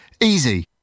Easy